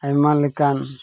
ᱟᱭᱢᱟ ᱞᱮᱠᱟᱱ